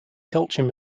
culture